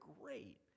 great